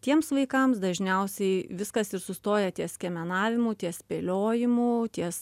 tiems vaikams dažniausiai viskas ir sustoja ties skiemenavimu ties spėliojimu ties